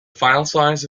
filesize